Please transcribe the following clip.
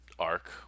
arc